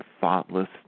thoughtless